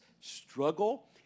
struggle